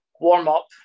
warm-up